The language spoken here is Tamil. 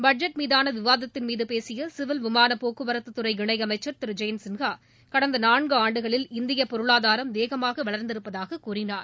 பட்ஜெட் மீதாள விவாதத்தின்மீது பேசிய சிவில் விமான போக்குவரத்துத்துறை இணையமைச்சர் திரு ஜெயந்த் சின்ஹா கடந்த நான்கு ஆண்டுகளில் இந்தியப் பொருளாதாரம் வேகமாக வளர்ந்திருப்பதாக கூறினார்